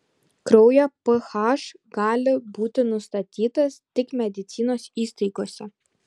kraujo ph gali būti nustatytas tik medicinos įstaigose